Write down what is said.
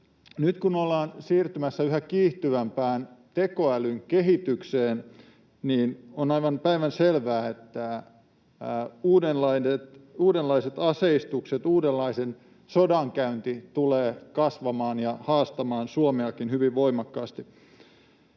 nyt kun ollaan siirtymässä yhä kiihtyvämpään tekoälyn kehitykseen, on aivan päivänselvää, että uudenlaiset aseistukset ja uudenlainen sodankäynti tulevat kasvamaan ja haastamaan Suomeakin hyvin voimakkaasti.